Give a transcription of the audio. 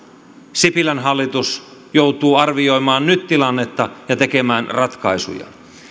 sipilän hallitus joutuu arvioimaan nyt tilannetta ja tekemään ratkaisuja